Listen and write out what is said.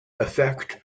affect